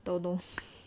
don't know